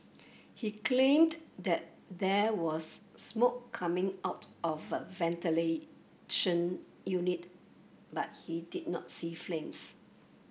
he claimed that there was smoke coming out of a ventilation unit but he did not see flames